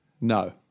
No